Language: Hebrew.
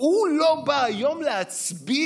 הוא לא בא היום להצביע